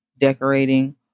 decorating